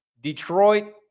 Detroit